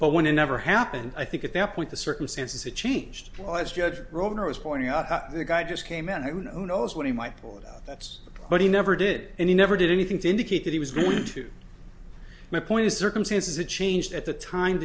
but when it never happened i think at that point the circumstances had changed all as judge rohner was pointing out the guy just came in and no knows what he might point out that's what he never did and he never did anything to indicate that he was going to my point is circumstances that changed at the time